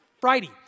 Friday